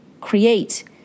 create